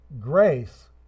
grace